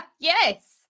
yes